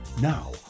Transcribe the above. Now